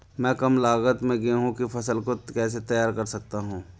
मैं कम लागत में गेहूँ की फसल को कैसे तैयार कर सकता हूँ?